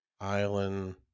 Island